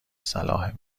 صلاح